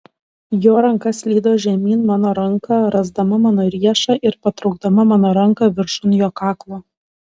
jo ranka slydo žemyn mano ranką rasdama mano riešą ir patraukdama mano ranką viršun jo kaklo